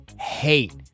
hate